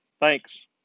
Thanks